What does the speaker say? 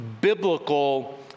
biblical